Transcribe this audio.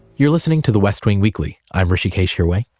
you're listening to the west wing weekly. i'm hrishikesh hirway.